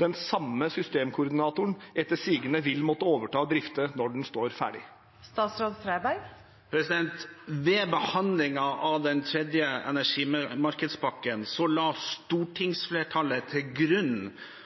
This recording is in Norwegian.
den samme systemkoordinatoren etter sigende vil måtte overta og drifte når den står ferdig? Ved behandlingen av den tredje energimarkedspakken la